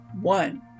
one